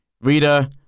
Reader